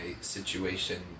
situation